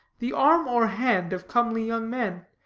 the arm or hand of comely young men,